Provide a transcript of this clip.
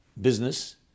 business